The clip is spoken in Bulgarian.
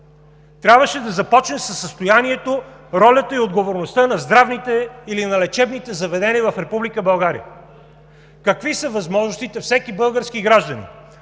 Трябваше да започне със състоянието, ролята и отговорността на здравните или на лечебните заведения в Република България. Какви са възможностите всеки български гражданин,